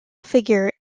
figure